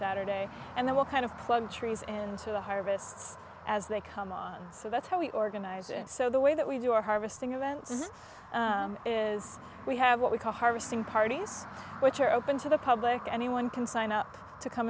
saturday and then we'll kind of plug trees and into the harvests as they come on so that's how we organize and so the way that we do our harvesting events is we have what we call harvesting parties which are open to the public anyone can sign up to come